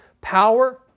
power